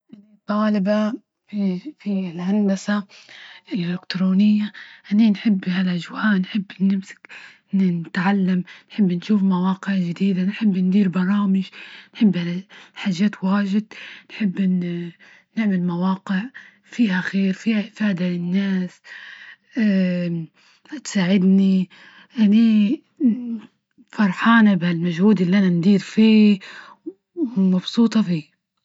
إني طالبة في- في الهندسة الإلكترونية، هني نحب هالأجواء نحب نمسك نتعلم، نحب نشوف مواقع جديدة، نحب ندير برامج، نحب حاجات واجد، نحب نعمل مواقع فيها خير، فيها افادة للناس، تساعدني يعني فرحانة بهالمجهود اللي أنا ندير فيه ومبسوطة فيه.